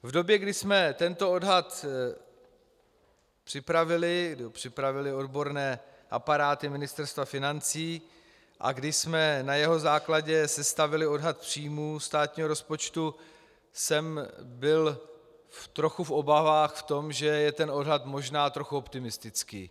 V době, kdy jsme tento odhad připravili, nebo připravily ho odborné aparáty Ministerstva financí, a kdy jsme na jeho základě sestavili odhad příjmů státního rozpočtu, jsem žil trochu v obavách z toho, že je ten odhad možná trochu optimistický.